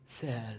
says